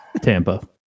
Tampa